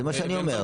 זה מה שאני אומר.